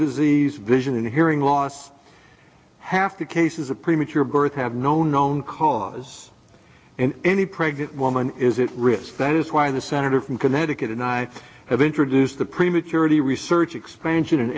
disease vision and hearing loss half the cases of premature birth have no known cause in any pregnant woman is it risk that is why the senator from connecticut and i have introduced the prematurity research explains